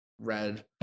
red